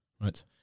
right